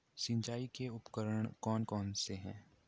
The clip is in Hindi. सिंचाई के उपकरण कौन कौन से हैं?